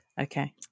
okay